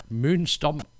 moonstomp